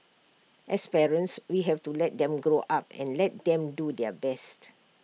as parents we have to let them grow up and let them do their best